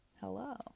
hello